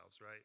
right